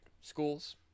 schools